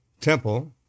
temple